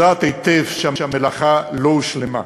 יודעת היטב שהמלאכה טרם הושלמה.